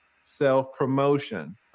self-promotion